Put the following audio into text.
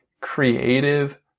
creative